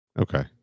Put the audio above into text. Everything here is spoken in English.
Okay